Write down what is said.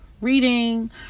reading